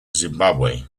zimbabwe